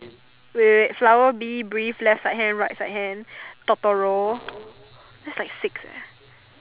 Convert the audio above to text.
wait wait wait flower Bee Bree left side hand right side hand Totoro that's like six leh